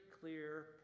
clear